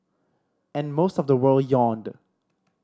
and most of the world yawned